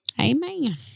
Amen